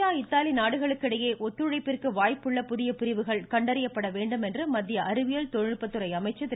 Harshvardhan India Italy நாடுகளுக்கு இடையே ஒத்துழைப்பிற்கு வாய்ப்புள்ள புதிய பிரிவுகள் கண்டறியப்பட வேண்டும் என்று மத்திய அறிவியல் தொழில்நுட்பத்துறை அமைச்சர் திரு